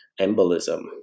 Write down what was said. embolism